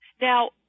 Now